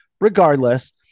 regardless